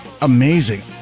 amazing